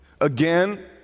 Again